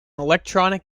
electronic